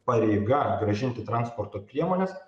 pareiga grąžinti transporto priemones